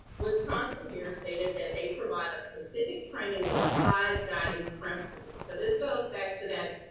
wisconsin here stated that they provide a specific training with five guiding principles. so this goes back to that,